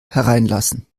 hereinlassen